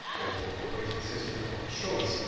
or your operating system of choice.